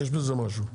יש בזה משהו.